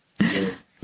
Yes